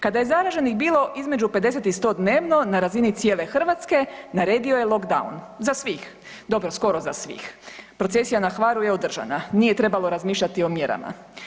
Kada je zaraženih bilo između 50 i 100 dnevno na razini cijele Hrvatske naredio je lockdown za svih, dobro skoro za svih, procesija na Hvaru je održana, nije trebalo razmišljati o mjerama.